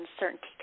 uncertainty